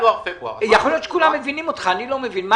יכול להיות שכולם מבינים אותך, אני לא מבין.